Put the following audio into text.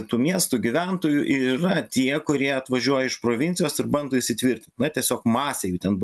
tų miestų gyventojų ir yra tie kurie atvažiuoja iš provincijos ir bando įsitvirtint na tiesiog masė jų ten